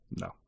No